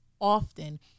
often